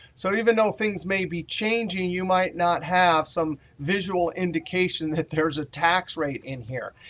so even though things may be changing, you might not have some visual indication that there's a tax rate in here.